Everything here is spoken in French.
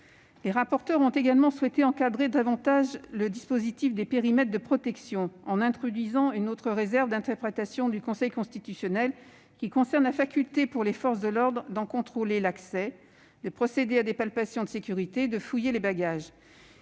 Les rapporteurs ont également souhaité encadrer davantage le dispositif des périmètres de protection, en introduisant une autre réserve d'interprétation du Conseil constitutionnel, qui concerne la faculté pour les forces de l'ordre d'en contrôler l'accès, de procéder à des palpations de sécurité et de fouiller les bagages.